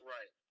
Right